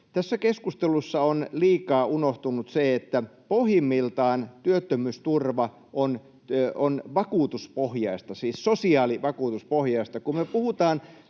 Tässä keskustelussa on liikaa unohtunut se, että pohjimmiltaan työttömyysturva on vakuutuspohjaista, siis sosiaalivakuutuspohjaista.